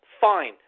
Fine